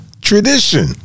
tradition